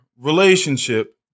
relationship